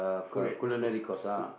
food eh food food